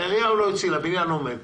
את העירייה הוא לא הציל, הבניין עומד.